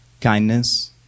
kindness